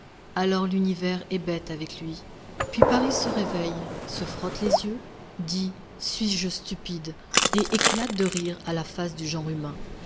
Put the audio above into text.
alors l'univers est bête avec lui puis paris se réveille se frotte les yeux dit suis-je stupide et éclate de rire à la face du genre humain